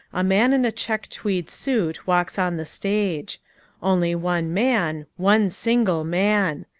a man in a check tweed suit walks on the stage only one man, one single man.